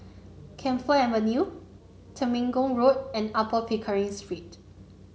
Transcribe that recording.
Camphor Avenue Temenggong Road and Upper Pickering Street